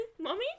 Mommy